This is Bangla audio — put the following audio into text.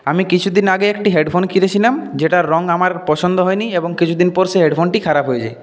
আমি কিছুদিন আগে একটি হেডফোন কিনেছিলাম যেটার রঙ আমার পছন্দ হয়নি এবং কিছুদিন পর সেই হেডফোনটি খারাপ হয়ে যায়